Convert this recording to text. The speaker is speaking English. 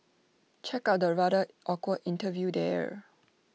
check out the rather awkward interview there